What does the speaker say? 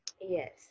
Yes